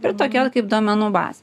ir tokia kaip duomenų bazė